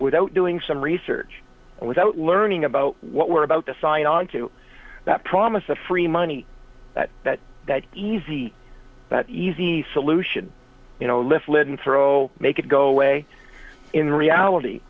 without doing some research and without learning about what we're about to sign onto that promise of free money that that easy easy solution you know lift leaden throw make it go away in reality